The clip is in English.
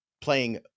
playing